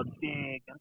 big